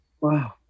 Wow